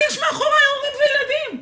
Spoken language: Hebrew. אני --- להורים וילדים.